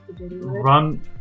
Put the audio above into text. run